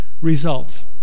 results